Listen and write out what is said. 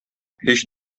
һич